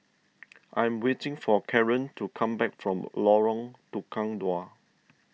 I am waiting for Karan to come back from Lorong Tukang Dua